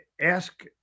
ask